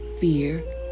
fear